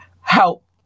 help